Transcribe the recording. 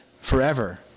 forever